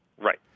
Right